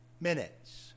minutes